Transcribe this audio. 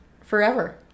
forever